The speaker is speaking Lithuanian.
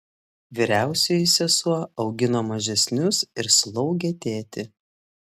vyriausioji sesuo augino mažesnius ir slaugė tėtį